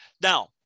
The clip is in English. Now